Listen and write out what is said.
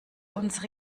unsere